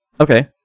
Okay